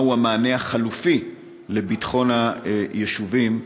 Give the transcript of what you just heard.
3. מהו המענה החלופי לביטחון היישובים,